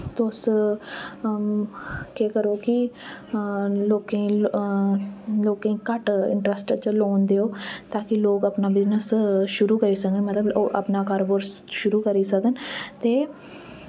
तुस केह् करो कि लोकें गी लोकें गी घट्ट इंट्रस्ट च लोन देओ ताकि लोक अपना बिजनस शुरू करी सकन मतलव ओह् अपना कारोबार शुरु करी सकन ते